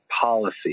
policy